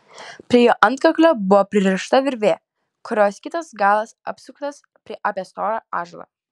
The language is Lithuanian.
prie jo antkaklio buvo pririšta virvė kurios kitas galas apsuktas apie storą ąžuolą